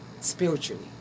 spiritually